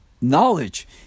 knowledge